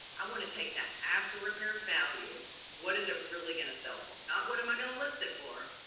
i want to take that after repaired value. what does it really gonna sell for? not what am i going to list it for.